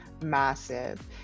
massive